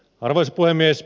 arvoisa puhemies